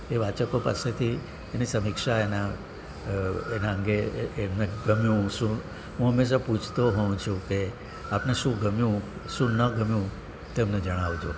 એ વાચકો પાસેથી એની સમીક્ષા એના એના અંગે એમને ગમ્યું શું હું હંમેશાં પૂછતો હોઉં છું કે આપને શું ગમ્યું શું ન ગમ્યું તે મને જણાવજો